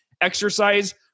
exercise